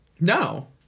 No